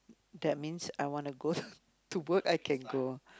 that means I wanna go to work I can go